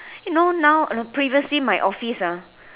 you know now uh previously my office ah